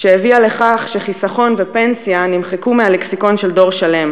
שהביאה לכך שחיסכון ופנסיה נמחקו מהלקסיקון של דור שלם,